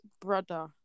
brother